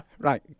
right